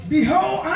Behold